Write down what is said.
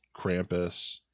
Krampus